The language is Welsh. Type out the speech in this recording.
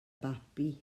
babi